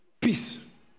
Peace